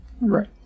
Right